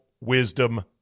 wisdom